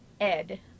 Ed